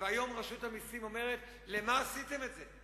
היום רשות המסים אומרת: למה עשיתם את זה?